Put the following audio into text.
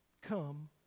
Come